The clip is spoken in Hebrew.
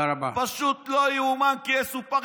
פשוט לא ייאמן כי יסופר.